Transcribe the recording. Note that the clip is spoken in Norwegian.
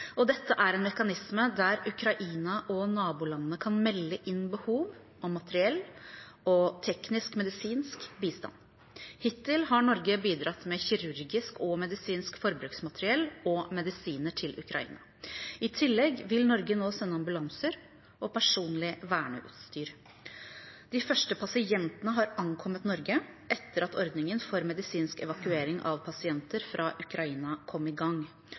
Dette er en mekanisme der Ukraina og nabolandene kan melde inn behov om materiell og teknisk-medisinsk bistand. Hittil har Norge bidratt med kirurgisk og medisinsk forbruksmateriell og medisiner til Ukraina. I tillegg vil Norge nå sende ambulanser og personlig verneutstyr. De første pasientene har ankommet Norge etter at ordningen for medisinsk evakuering av pasienter fra Ukraina kom i gang.